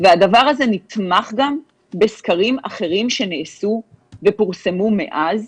והדבר הזה נתמך גם בסקרים אחרים שנעשו ופורסמו מאז.